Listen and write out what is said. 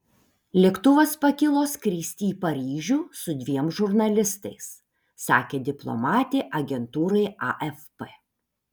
lėktuvas pakilo skristi į paryžių su dviem žurnalistais sakė diplomatė agentūrai afp